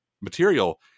material